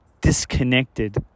disconnected